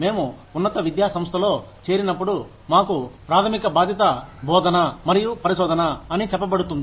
మేము ఉన్నత విద్యా సంస్థలో చేరినప్పుడు మాకు ప్రాథమిక బాధ్యతబోధన మరియు పరిశోధన అని చెప్పబడుతుంది